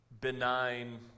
benign